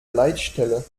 leitstelle